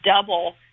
double